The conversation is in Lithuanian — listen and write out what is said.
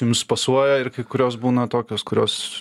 jums pasuoja ir kai kurios būna tokios kurios